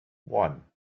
one